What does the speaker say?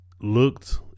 looked